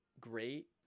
great